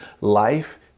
life